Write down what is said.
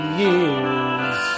years